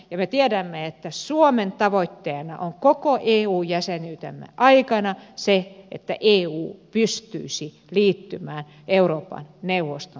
me tiedämme että suomen tavoitteena on koko eu jäsenyytemme aikana ollut se että eu pystyisi liittymään euroopan neuvoston sopimukseen